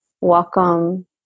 Welcome